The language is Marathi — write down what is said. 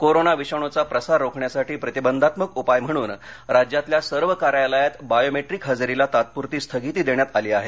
कोरोना विषाणूचा प्रसार रोखण्यासाठी प्रतिबंधात्मक उपाय म्हणून राज्यातल्या सर्व कार्यालयात बायोमेट्रीक हजेरीला तात्पुरती स्थगिती देण्यात आली आहे